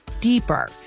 deeper